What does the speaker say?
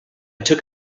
took